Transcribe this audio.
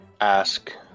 ask